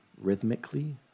rhythmically